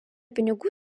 pinigų